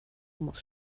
muss